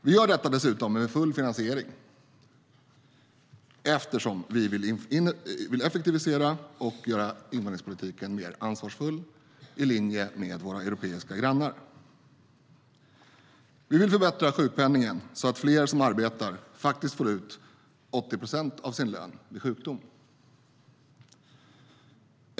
Vi gör detta dessutom med full finansiering eftersom vi vill effektivisera och göra invandringspolitiken mer ansvarsfull, i linje med våra europeiska grannar. Vi vill förbättra sjukpenningen så att fler som arbetar faktiskt får ut 80 procent av sin lön vid sjukdom.